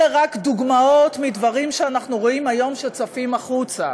אלה רק דוגמאות לדברים שאנחנו רואים שהיום צפים החוצה.